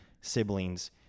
siblings